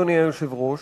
אדוני היושב-ראש,